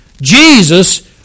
Jesus